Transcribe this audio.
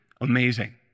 amazing